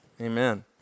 Amen